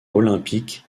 olympique